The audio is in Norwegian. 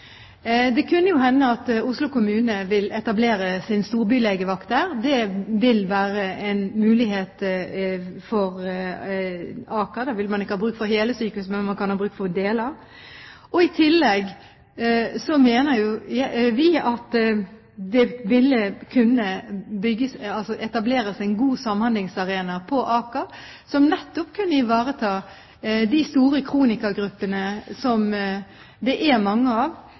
hende at Oslo kommune vil etablere sin storbylegevakt der. Det vil være en mulighet for Aker. Da vil man ikke ha bruk for hele sykehuset, men man kan ha bruk for deler. I tillegg mener vi at det ville kunne etableres en god samhandlingsarena på Aker, som nettopp kunne ivareta de store kronikergruppene, som det er mange av.